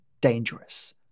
dangerous